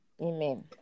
Amen